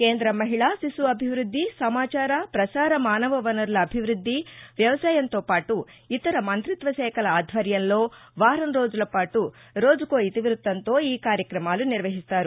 కేంద మహిళా శిశు అభివృద్ది నమాచారభ సార మానవవనరుల అభివృద్ది వ్యవసాయంతోపాటు ఇతర మంగతిత్వశాఖల ఆధ్వర్యంలోవారంరోజులపాటు రోజుకో ఇతివృత్తంతో ఈ కార్యక్రమాలు నిర్వహిస్తారు